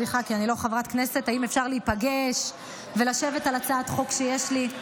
האם אפשר להיפגש ולשבת על הצעת חוק שיש לי?